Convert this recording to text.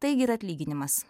taigi ir atlyginimas